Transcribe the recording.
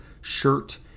shirt